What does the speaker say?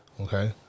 Okay